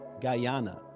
Guyana